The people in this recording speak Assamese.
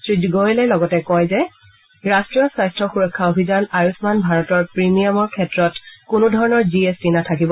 শ্ৰীগোৱেলে লগতে কয় যে ৰাষ্ট্ৰীয় স্বাস্থ্য সুৰক্ষা অভিযান আয়ূস্মান ভাৰতৰ প্ৰিমিয়ামৰ ক্ষেত্ৰত কোনোধৰণৰ জি এছ টি নাথাকিব